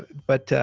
but,